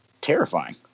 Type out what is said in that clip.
terrifying